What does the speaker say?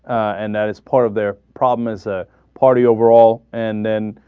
and that is part of their problem is a party overall and then